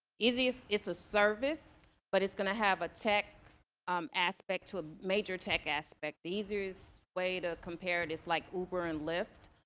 easiest it's a service but it's gonna have a tech um aspect to a major tech aspect the easiest way to compare it it's like uber and lyft